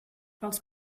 els